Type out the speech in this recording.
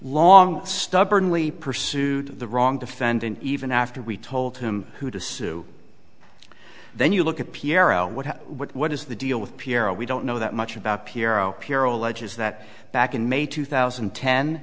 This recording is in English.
long stubbornly pursued the wrong defendant even after we told him who to sue then you look at pierre oh what what is the deal with pierre a we don't know that much about pirro here alleges that back in may two thousand and ten